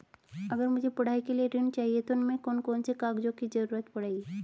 अगर मुझे पढ़ाई के लिए ऋण चाहिए तो उसमें कौन कौन से कागजों की जरूरत पड़ेगी?